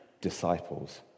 disciples